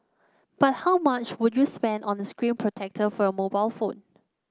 but how much would you spend on a screen protector for your mobile phone